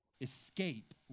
escape